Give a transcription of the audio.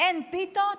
"אין פיתות?